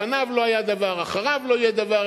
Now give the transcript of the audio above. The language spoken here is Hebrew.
לפניו לא היה דבר, אחריו לא יהיה דבר.